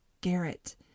Garrett